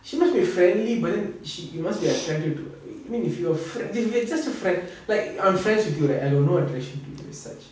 she must be friendly but then you must be attracted to I mean if your okay it it's just a friend like I'm friends with you right I got no attraction to you as such